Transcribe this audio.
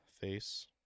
face